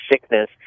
sickness